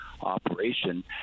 operation